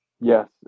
Yes